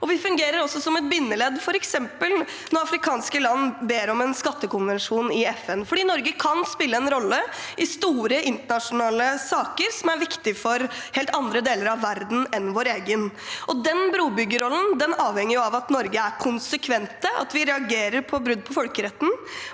Vi fungerer også som et bindeledd, f.eks. når afrikanske land ber om en skattekonvensjon i FN, fordi Norge kan spille en rolle i store internasjonale saker som er viktig for helt andre deler av verden enn vår egen. Den brobyggerrollen avhenger av at Norge er konsekvent, at vi reagerer på brudd på folkeretten,